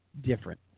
different